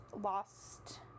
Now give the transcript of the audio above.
lost